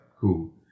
Cool